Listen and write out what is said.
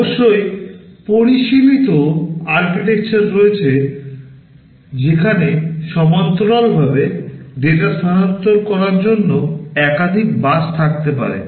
অবশ্যই পরিশীলিত Architechture রয়েছে যেখানে সমান্তরালভাবে ডেটা স্থানান্তর করার জন্য একাধিক বাস থাকতে পারে